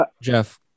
jeff